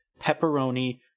pepperoni